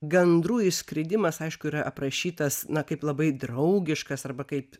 gandrų išskridimas aišku yra aprašytas na kaip labai draugiškas arba kaip